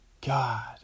God